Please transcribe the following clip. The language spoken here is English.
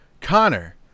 Connor